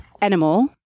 animal